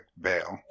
bail